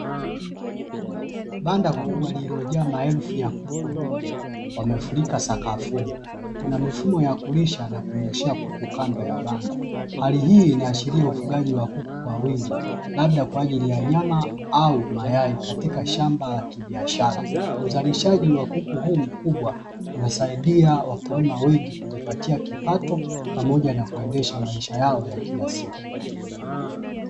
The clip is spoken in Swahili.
Banda kubwa lililojaa maelfu ya kuku weupe wamefurika sakafuni, kuna mifumo ya kulisha na kunyweshea kuku kando ya banda. Hali hii inaashiria ufugaji wa kuku kwa wingi labda kwa ajili ya nyama au mayai katika shamba la kibiashara. Uzalishaji wa kuku huu mkubwa unasaidia wakulima wengi kujipatia kipato pamoja na kuendesha maisha yao ya kila siku.